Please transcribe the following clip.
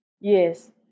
Yes